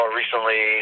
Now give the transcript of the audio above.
recently